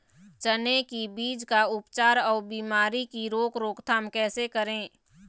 चने की बीज का उपचार अउ बीमारी की रोके रोकथाम कैसे करें?